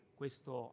questo